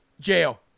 jail